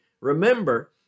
Remember